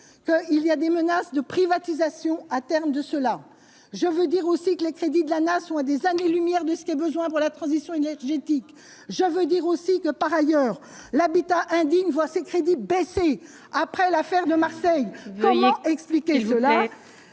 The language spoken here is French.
il y a des menaces de privatisation à terme de cela, je veux dire aussi que les crédits de la nation, à des années lumières de ce qu'il a besoin pour la transition énergétique, je veux dire aussi que, par ailleurs, l'habitat indigne, voit ses crédits baisser après l'affaire de Marseille il y a expliqué :